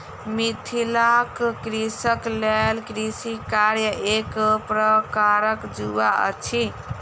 मिथिलाक कृषकक लेल कृषि कार्य एक प्रकारक जुआ अछि